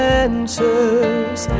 answers